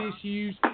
issues